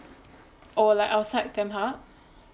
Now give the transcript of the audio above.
or like outside tamp hub